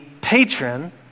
patron